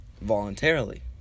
voluntarily